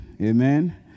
Amen